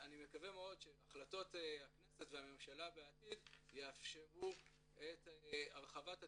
אני מקווה מאוד שהחלטות הכנסת והממשלה בעתיד יאפשרו את הרחבת התיעוד.